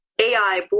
AI